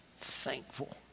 thankful